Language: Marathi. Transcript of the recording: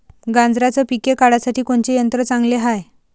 गांजराचं पिके काढासाठी कोनचे यंत्र चांगले हाय?